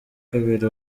kabiri